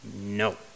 no